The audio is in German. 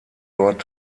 dort